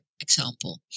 example